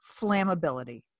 flammability